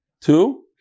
Two